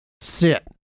Sit